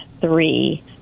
three